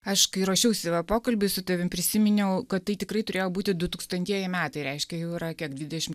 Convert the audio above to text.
aš kai ruošiausi va pokalbiui su tavimi prisiminiau kad tai tikrai turėjo būti du tūkstantieji metai reiškia jau yra kiek dvidešimt